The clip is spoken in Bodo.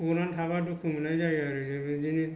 गनानै थाबा दुखु मोननाय जायो आरो बिदिनो